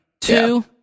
Two